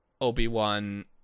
Obi-Wan